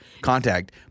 contact